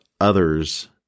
others